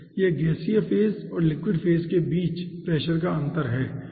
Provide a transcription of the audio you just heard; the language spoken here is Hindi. यह गैसीय फेज और लिक्विड फेज के बीच प्रेशर का अंतर है